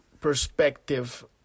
perspective